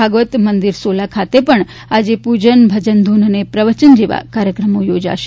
ભાગવત મંદિર સોલા ખાતે પણ આજે પૂજન ભજન ધૂન અને પ્રવચન જેવા કાર્યક્રમો યોજાશે